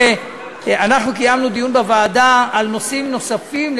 אנחנו קיימנו דיון בוועדה על נושאים נוספים,